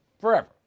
Forever